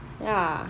ya